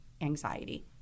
anxiety